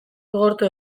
gogortu